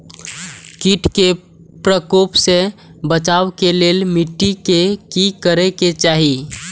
किट के प्रकोप से बचाव के लेल मिटी के कि करे के चाही?